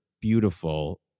beautiful